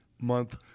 month